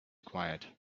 quiet